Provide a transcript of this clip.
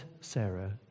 Sarah